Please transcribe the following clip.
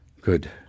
Good